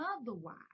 Otherwise